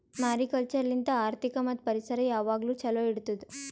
mariculture ಲಿಂತ್ ಆರ್ಥಿಕ ಮತ್ತ್ ಪರಿಸರ ಯಾವಾಗ್ಲೂ ಛಲೋ ಇಡತ್ತುದ್